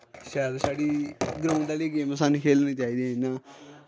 शैल साढ़ी ग्राउंड आह्ली गेम सानूं खेलनी चाहिदी इ'यां